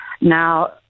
Now